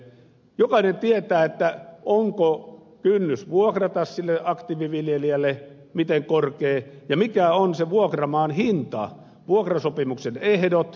jokainen tietää miten korkea on kynnys vuokrata sille aktiiviviljelijälle ja mitkä ovat sen vuokramaan hinta vuokrasopimuksen ehdot ja muut